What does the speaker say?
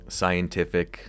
scientific